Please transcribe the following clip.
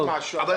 אגב,